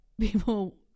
people